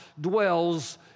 dwells